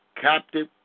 captive